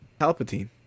Palpatine